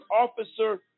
officer